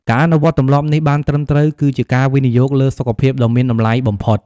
ការអនុវត្តទម្លាប់នេះបានត្រឹមត្រូវ គឺជាការវិនិយោគលើសុខភាពដ៏មានតម្លៃបំផុត។